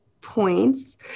points